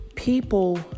people